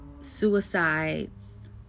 suicides